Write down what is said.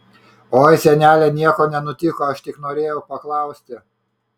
oi senele nieko nenutiko aš tik norėjau paklausti